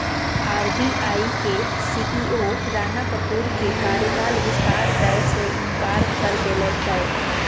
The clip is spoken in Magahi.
आर.बी.आई के सी.ई.ओ राणा कपूर के कार्यकाल विस्तार दय से इंकार कर देलकय